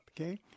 okay